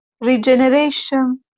regeneration